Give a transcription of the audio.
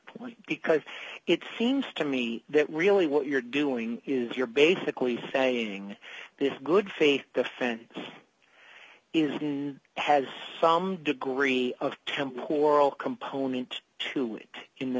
point because it seems to me that really what you're doing is you're basically saying it's a good faith defend it in has some degree of tempo moral component to it in the